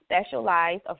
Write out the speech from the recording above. specialized